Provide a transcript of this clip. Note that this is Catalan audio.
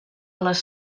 les